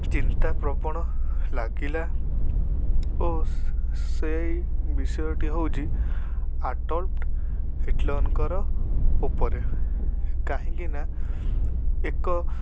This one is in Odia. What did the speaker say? ଚିନ୍ତାପ୍ରବଣ ଲାଗିଲା ଓ ସେହି ବିଷୟଟି ହେଉଛି ଆଡ଼ଲଟ୍ ହିଟଲରଙ୍କର ଉପରେ କାହିଁକିନା ଏକ